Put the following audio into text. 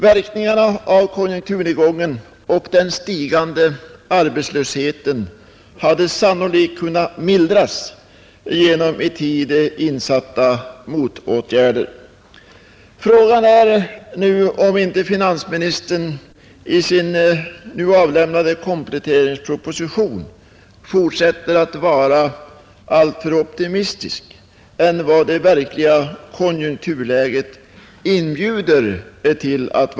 Verkningarna av konjunkturnedgången och den stigande arbetslösheten hade sannolikt kunnat mildras genom i tid insatta motåtgärder. Frågan är om inte finansministern i sin nu avlämnade kompletteringsproposition fortsätter att vara mera optimistisk än vad det verkliga konjunkturläget inbjuder till.